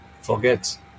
forget